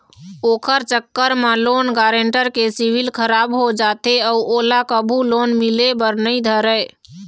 ओखर चक्कर म लोन गारेंटर के सिविल खराब हो जाथे अउ ओला कभू लोन मिले बर नइ धरय